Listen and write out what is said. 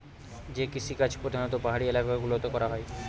যে কৃষিকাজ প্রধানত পাহাড়ি এলাকা গুলোতে করা হয়